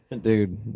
dude